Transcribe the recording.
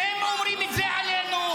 כשהם אומרים את זה עלינו,